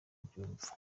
abyumva